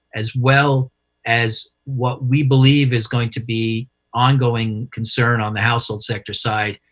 as well as what we believe is going to be ongoing concern on the household sector side,